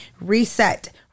reset